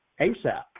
ASAP